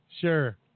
Sure